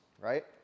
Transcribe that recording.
right